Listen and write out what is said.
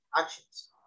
actions